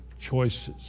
choices